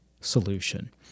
solution